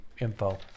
info